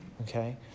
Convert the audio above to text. okay